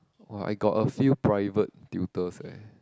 !wah! I got a few private tutors eh